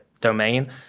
domain